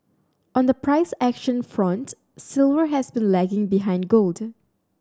on the price action front silver has been lagging behind gold